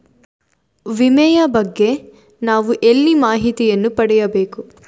ವಿಮೆಯ ಬಗ್ಗೆ ನಾವು ಎಲ್ಲಿ ಮಾಹಿತಿಯನ್ನು ಪಡೆಯಬೇಕು?